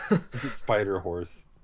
Spider-Horse